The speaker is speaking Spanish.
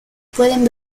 pueden